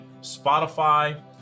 Spotify